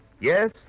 Yes